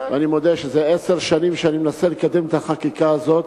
ואני מודה שזה עשר שנים אני מנסה לקדם את החקיקה הזאת,